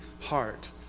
heart